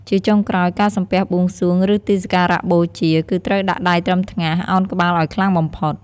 ជាចុងក្រោយការសំពះបួងសួង ឬទីសក្ការបូជា គឺត្រូវដាក់ដៃត្រឹមថ្ងាស ឱនក្បាលឲ្យខ្លាំងបំផុត។